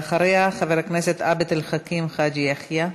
ואחריה, חבר הכנסת עבד אל חכים חאג' יחיא.